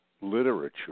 literature